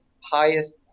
highest